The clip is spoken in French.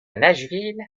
nashville